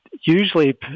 usually